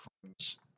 friends